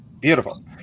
Beautiful